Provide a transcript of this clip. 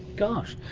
gosh.